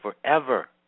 forever